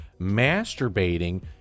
masturbating